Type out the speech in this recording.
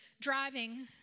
driving